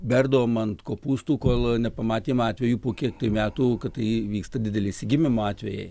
berdavom ant kopūstų kol nepamatėm atvejų po kiek metų kad tai vyksta dideli išsigimimo atvejai